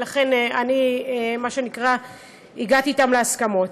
ולכן אני מה שנקרא הגעתי אתם להסכמות.